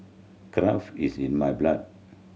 craft is in my blood